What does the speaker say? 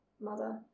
mother